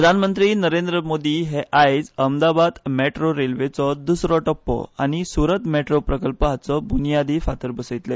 प्रधानमंत्री नरेंद्र मोदी हे आयज अहमदाबाद मेट्रो रेल्वेचो दुसरो टप्पो आनी सुरत मेट्रो प्रकल्प हाचो ब्नयादी फातोर दवरतले